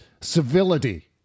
civility